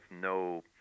no